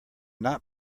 not